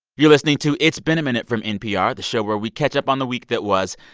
you're listening to it's been a minute from npr, the show where we catch up on the week that was.